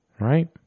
right